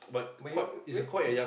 but you went